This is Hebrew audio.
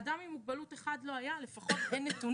לא היה אדם אחד עם מובלות, או לפחות, אין נתונים.